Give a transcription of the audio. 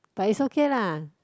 but it's okay lah